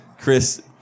Chris